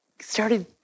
started